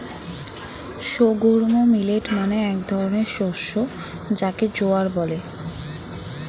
sorghum millet মানে এক ধরনের শস্য যাকে জোয়ার বলে